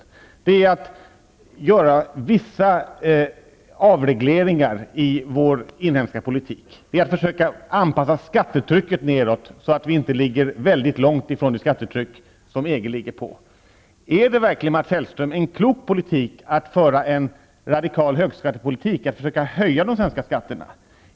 Syftet är att göra vissa avregleringar i vår inhemska politik, att försöka anpassa skattetrycket nedåt, så att vi inte ligger väldigt långt från EG-ländernas skattetryck. Är det verkligen, Mats Hellström, en klok politik att föra en radikal högskattepolitik, att försöka höja de svenska skatterna?